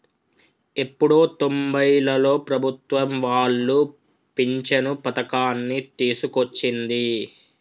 ఎప్పుడో తొంబైలలో ప్రభుత్వం వాళ్లు పించను పథకాన్ని తీసుకొచ్చింది